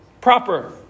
Proper